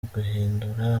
uguhindura